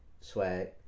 swag